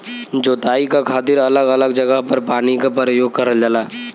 जोताई क खातिर अलग अलग जगह पर पानी क परयोग करल जाला